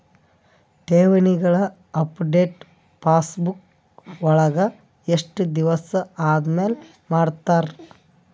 ಠೇವಣಿಗಳ update passbook ವಳಗ ಎಷ್ಟ ದಿವಸ ಆದಮೇಲೆ ಮಾಡ್ತಿರ್?